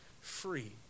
free